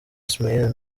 ismael